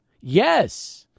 Yes